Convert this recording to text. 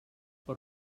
per